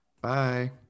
Bye